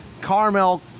Carmel